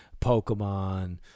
Pokemon